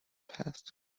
passed